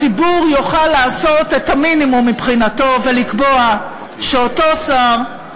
הציבור יוכל לעשות את המינימום מבחינתו ולקבוע שאותו שר,